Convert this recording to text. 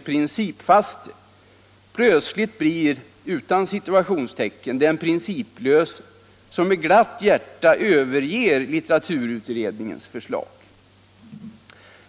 principfaste”, plötsligt blir den principlöse — nu utan citationstecken —- som med glatt hjärta överger litteraturutredningens förslag.